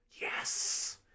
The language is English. Yes